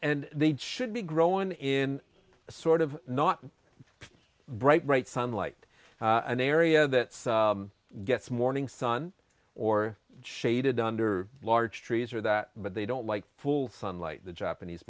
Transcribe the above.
and they should be growin in a sort of not bright bright sunlight an area that gets morning sun or shaded under large trees or that but they don't like full sunlight the japanese